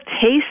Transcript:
taste